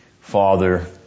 Father